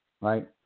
right